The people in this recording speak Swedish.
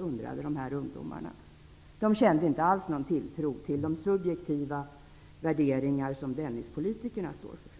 undrade ungdomarna. De kände inte alls någon tilltro till de subjektiva värderingar som Dennispolitikerna står för.